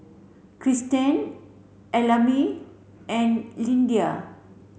Cristen Ellamae and Lyndia